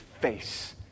face